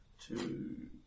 two